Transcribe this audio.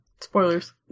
Spoilers